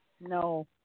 no